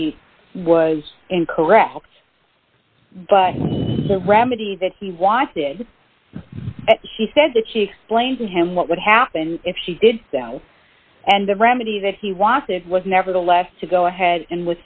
she was incorrect but the remedy that she wanted she said the chief plain to him what would happen if she did that and the remedy that he wanted was nevertheless to go ahead and